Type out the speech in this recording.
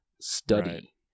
study